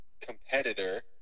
competitor